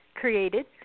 created